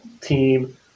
team